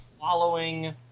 following